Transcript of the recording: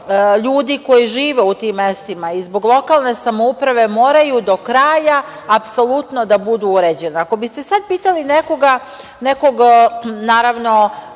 ljudi koji žive u tim mestima, i zbog lokalne samouprave, moraju do kraja da budu uređena. Ako biste sada pitali nekoga, naravno,